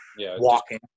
walking